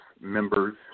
members